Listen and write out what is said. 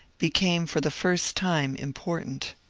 became for the first time important.